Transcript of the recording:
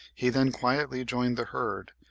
he then quietly joined the herd,